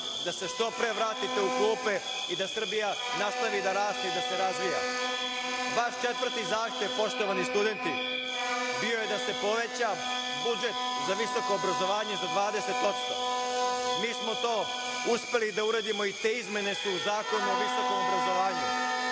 da se što pre vratite u klupe i da Srbija nastavi da raste i da se razvija. Vaš četvrti zahtev, poštovani studenti, bio je da se poveća budžet za visoko obrazovanje za 20%. Mi smo to uspeli da uradimo i te izmene su u Zakonu o visokom obrazovanju.